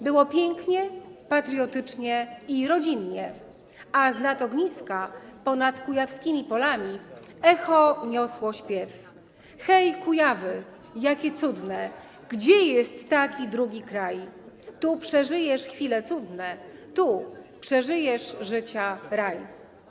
Było pięknie, patriotycznie i rodzinnie, a znad ogniska ponad kujawskimi polami echo niosło śpiew: Hej, Kujawy, jakie cudne, gdzie jest taki drugi kraj, tu przeżyjesz chwile cudne, tu przeżyjesz życia raj.